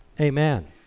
amen